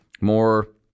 more